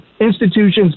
institutions